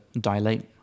dilate